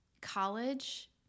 college